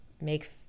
make